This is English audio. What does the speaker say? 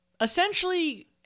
essentially